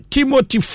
Timothy